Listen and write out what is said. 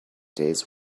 days